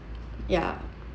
ya